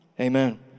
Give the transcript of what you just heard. Amen